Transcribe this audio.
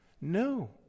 No